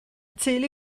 teulu